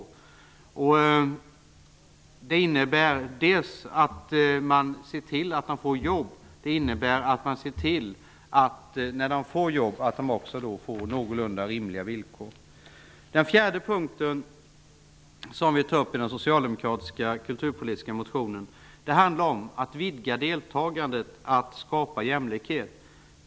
I den tredje punkten i vår kulturpolitiska motion föreslår vi åtgärder för att ge konstnärer jobb till någorlunda rimliga villkor. Den fjärde punkten i den socialdemokratiska motionen handlar om att vidga deltagandet, att skapa jämlikhet.